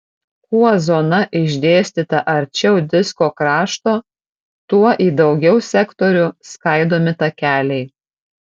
kuo zona išdėstyta arčiau disko krašto tuo į daugiau sektorių skaidomi takeliai